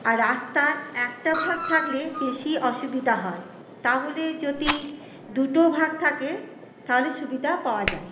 আর রাস্তার একটা ভাগ থাকলে বেশী অসুবিধা হয় তাহলে যদি দুটো ভাগ থাকে তাহলে সুবিধা পাওয়া যায়